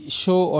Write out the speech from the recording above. show